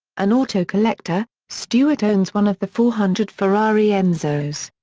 an auto collector, stewart owns one of the four hundred ferrari enzos.